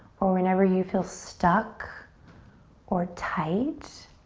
or whenever you feel stuck or tight,